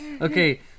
Okay